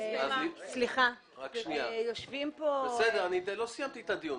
סליחה, יושבים פה --- עוד לא סיימתי את הדיון.